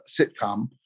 sitcom